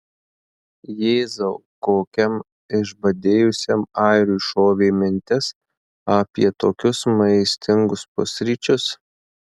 jėzau kokiam išbadėjusiam airiui šovė mintis apie tokius maistingus pusryčius